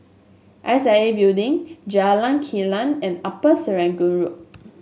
S I A Building Jalan Kilang and Upper Serangoon Road